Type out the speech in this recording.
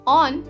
on